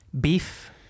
Beef